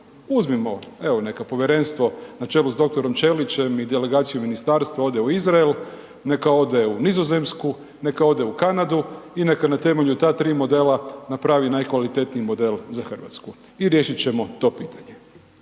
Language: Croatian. evo neka povjerenstvo na čelu s dr. Ćelićem i delegacijom ministarstva ode u Izrael, neka ode u Nizozemsku, neka ode u Kanadu i neka na temelju ta tri modela napravi najkvalitetniji model za Hrvatsku i riješit ćemo to pitanje.